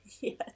yes